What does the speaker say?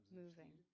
moving